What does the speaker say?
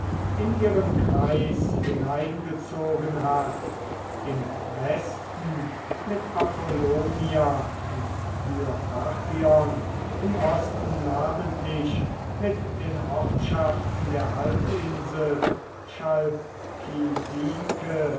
in ihren kreis hineingezogen hat im westen mit apollonia und dyrrhachion im osten namentlich mit den ortschaften der halbinsel